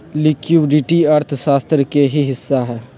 liquidity अर्थशास्त्र के ही हिस्सा हई